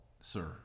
sir